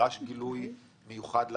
נדרש היה גילוי מיוחד לעמיתים?